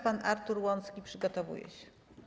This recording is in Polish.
Pan Artur Łącki przygotowuje się.